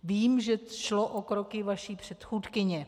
Vím, že šlo o kroky vaší předchůdkyně.